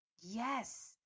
yes